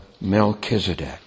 Melchizedek